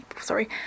sorry